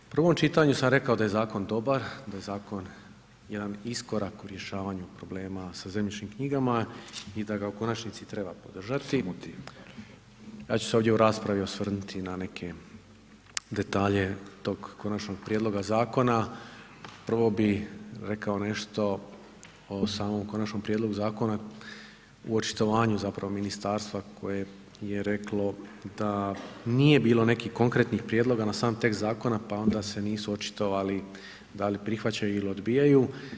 U prvom čitanju sam rekao da je zakon dobar, da je zakon jedan iskorak u rješavanju problema sa zemljišnim knjigama i da ga u konačnici treba podržati, ja ću se ovdje u raspravi osvrnuti na neke detalje tog konačnog prijedloga zakona, prvo bi rekao nešto o samom konačnom prijedlogu zakona u očitovanju zapravo ministarstva koje je reklo da nije bilo nekih konkretnih prijedloga na sam tekst zakona pa onda se nisu očitovali da li prihvaćaju ili odbijaju.